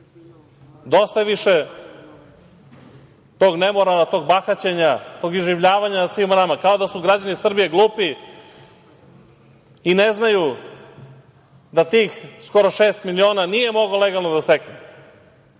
je više tog nemorala, tog bahaćenja, tog iživljavanja nad svima nama, kao da su građani Srbije glupi i ne znaju da tih skoro šest miliona nije mogao legalno da stekne.